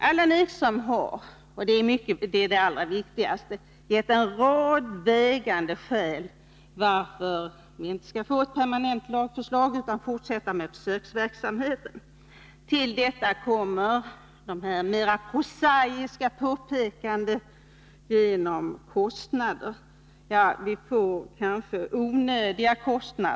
Allan Ekström har — och det är det allra viktigaste — gett en rad vägande skäl mot ett permanent lagförslag och för att fortsätta försöksverksamheten. Till detta kommer dessa mera prosaiska påpekanden om kostnader, som kanske är onödiga.